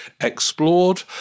explored